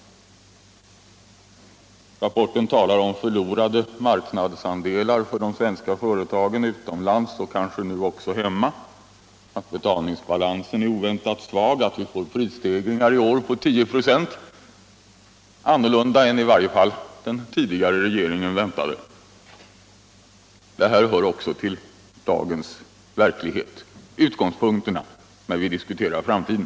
Rapporten talar om förlorade marknadsandelar för de svenska företagen utomlands och kanske nu också hemma. om att betalningsbalansen är oväntatl svag, om atlt vi får prisstegringar i år på 10 ”5 — annorlunda i varje fall än den förutvarande regeringen väntade. Det här hör också till dagens verklighet, till utgångspunkterna när vi diskuterar framtiden.